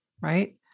right